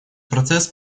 процесс